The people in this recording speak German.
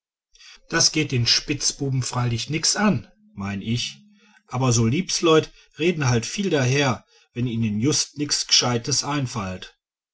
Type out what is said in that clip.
das geht den spitzbub freilich nix an mein ich aber so liebesleut reden halt viel daher wenn ihnen just nix g'scheiteres einfallt